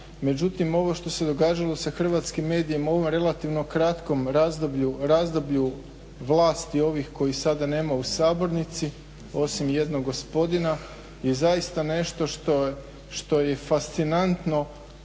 međutim ovo što se događalo sa hrvatskim medijem u ovom relativnom kratkom razdoblju, razdoblju vlasti ovih kojih sada nema u sabornici osim jednog gospodina i zaista nešto što je fascinantno